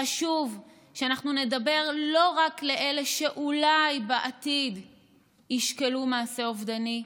שחשוב שאנחנו נדבר לא רק לאלה שאולי בעתיד ישקלו מעשה אובדני,